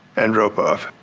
andropov,